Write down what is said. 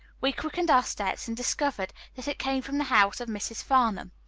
we quickened our steps, and discovered that it came from the house of mrs. farnham.